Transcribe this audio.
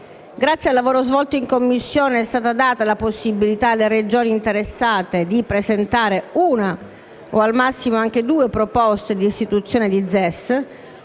Grazie al lavoro svolto in Commissione è stata data la possibilità alle Regioni interessate di presentare una o al massimo due proposte di istituzione di ZES,